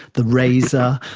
the razor,